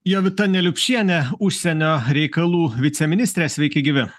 jovita neliupšienė užsienio reikalų viceministrė sveiki gyvi